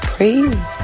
Praise